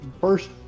first